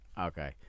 Okay